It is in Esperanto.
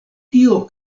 tio